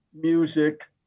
music